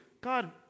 God